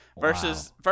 versus